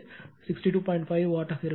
5 watt ஆக இருக்கும்